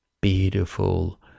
beautiful